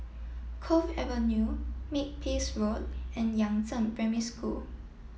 Cove Avenue Makepeace Road and Yangzheng Primary School